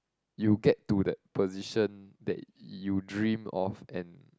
you get to that position that you dream of and